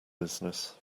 business